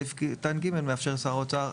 סעיף קטן (ג) מאפשר לשר האוצר,